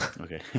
Okay